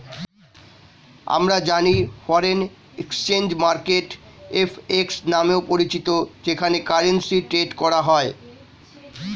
আমরা জানি foreign exchange market FX নামেও পরিচিত যেখানে কারেন্সি ট্রেড করা হয়